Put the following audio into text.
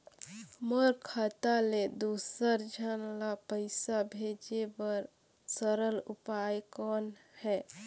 मोर खाता ले दुसर झन ल पईसा भेजे बर सरल उपाय कौन हे?